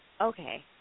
Okay